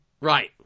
Right